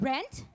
Rent